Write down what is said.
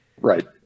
right